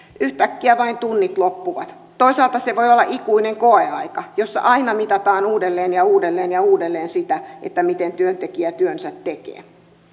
yhtäkkiä vain tunnit loppuvat toisaalta se voi olla ikuinen koeaika jossa aina mitataan uudelleen ja uudelleen ja uudelleen sitä miten työntekijä työnsä tekee